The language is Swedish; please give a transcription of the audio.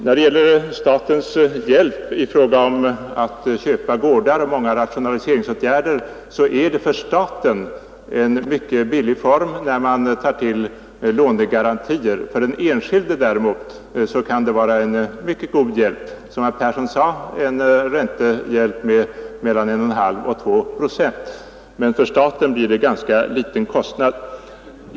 Då det gäller statens hjälp i fråga om att köpa gårdar och genomföra olika rationaliseringsåtgärder, så är det för staten en mycket billig form att ge lånegarantier. För den enskilde kan det vara en mycket god hjälp — det kan, som herr Persson i Skänninge sade, innebära en räntehjälp med mellan 1,5 och 2 procent. Men för staten blir det en ganska liten kostnad.